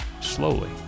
slowly